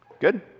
Good